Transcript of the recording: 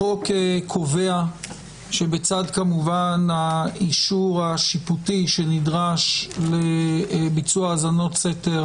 החוק קובע שבצד האישור השיפוטי שנדרש כמובן לביצוע האזנות סתר